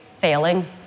failing